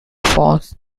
forms